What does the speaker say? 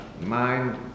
mind